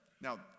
Now